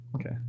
Okay